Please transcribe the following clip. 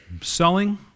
selling